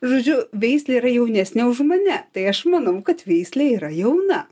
žodžiu veislė yra jaunesnė už mane tai aš manau kad veislė yra jauna